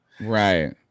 Right